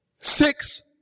six